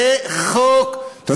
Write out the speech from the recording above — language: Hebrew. אין זכות שיבה.